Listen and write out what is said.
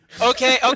okay